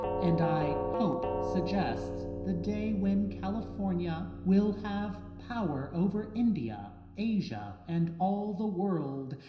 and i hope suggests the day when california will have power over india, asia, and all the world,